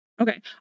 Okay